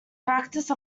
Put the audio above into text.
practice